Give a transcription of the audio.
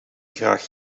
graag